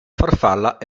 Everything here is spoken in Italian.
farfalla